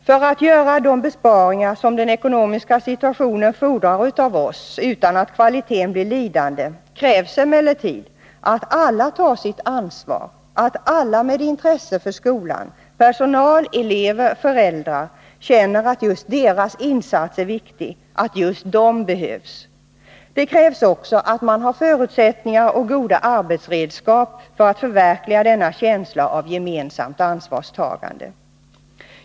För att vi skall kunna göra de besparingar som den ekonomiska situationen fordrar av oss utan att kvaliteten blir lidande krävs emellertid att alla tar sitt ansvar, att alla med intresse för skolan — personal, elever och föräldrar — känner att just deras insats är viktig, att just de behövs. Det krävs också att man har förutsättningar och goda arbetsredskap för att förverkliga denna känsla av gemensamt ansvarstagande.